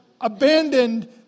abandoned